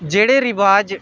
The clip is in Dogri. जेह्ड़े रवाज